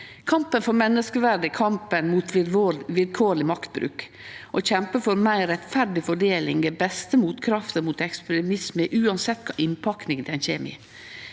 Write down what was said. Kampen for menneskeverd er kampen mot vilkårleg maktbruk. Å kjempe for meir rettferdig fordeling er den beste motkrafta mot ekstremisme, uansett kva innpakking det kjem i.